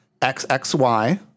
XXY